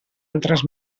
altres